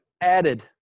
added